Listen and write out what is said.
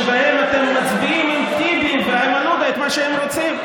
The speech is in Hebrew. שבו אתם מצביעים עם טיבי ועם איימן עודה לפי מה שהם רוצים.